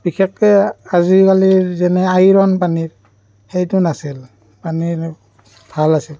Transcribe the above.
বিশেষকৈ আজিকালি যেনে আইৰণ পানী সেইটো নাছিল পানী ভাল আছিল